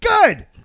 Good